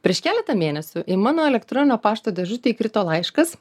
prieš keletą mėnesių į mano elektroninio pašto dėžutę įkrito laiškas